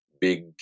big